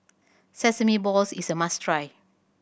sesame balls is a must try